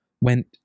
went